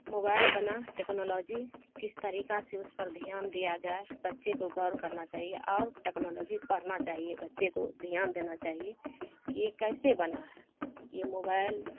mobile بنا technology کس طریقہ سے اس پر دھیان دیا جائے بچے کو غور کرنا چاہیے اور ٹیکنالوجی پڑھنا چاہیے بچے کو دھیان دینا چاہیے کہ یہ کیسے بنا ہے یہ موبائل